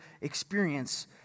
experience